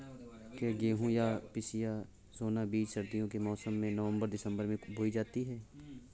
क्या गेहूँ या पिसिया सोना बीज सर्दियों के मौसम में नवम्बर दिसम्बर में बोई जाती है?